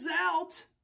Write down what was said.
out